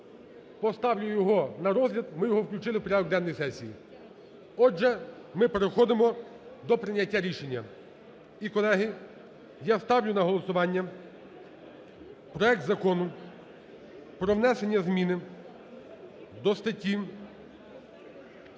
поставлю його на розгляд, ми його включили в порядок денний сесії. Отже, ми переходимо до прийняття рішення. І, колеги, я ставлю на голосування проект Закону про внесення змін до статті…